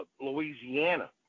Louisiana